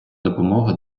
допомога